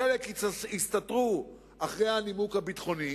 חלק יסתתרו מאחורי הנימוק הביטחוני